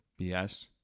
BS